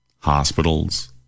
hospitals